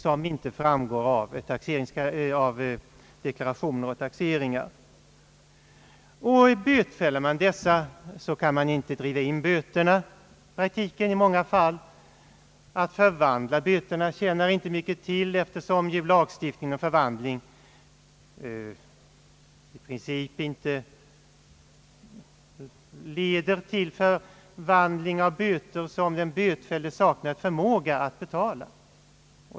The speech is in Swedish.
— som inte framgår av deklarationer och taxeringar. Bötfäller man dessa människor, kan man i praktiken i många fall inte driva in böterna. Att begära förvandling av böterna till fängelse tjänar inte mycket till, eftersom lagstiftningen om förvandling i princip inte leder till förvandling av böter som den bötfällde saknar förmåga att betala.